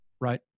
Right